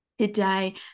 Today